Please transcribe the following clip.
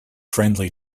friendly